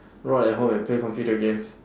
rot at home and play computer games